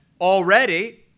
already